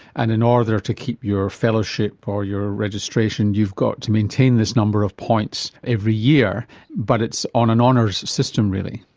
and in order to keep your fellowship or your registration you've got to maintain this number of points every year but it's on an honour system really.